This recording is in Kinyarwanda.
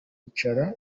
yicara